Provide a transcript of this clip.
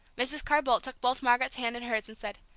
mrs. carr-boldt took both margaret's hands in hers, and said,